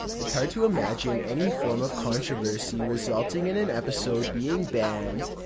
it's hard to imagine any form of controversy resulting in an episode being banned.